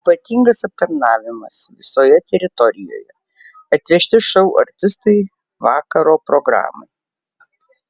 ypatingas aptarnavimas visoje teritorijoje atvežti šou artistai vakaro programai